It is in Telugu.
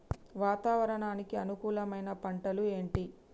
వాతావరణానికి అనుకూలమైన పంటలు ఏంటి?